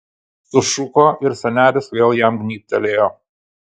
sušuko ir senelis vėl jam gnybtelėjo